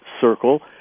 circle